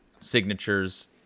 signatures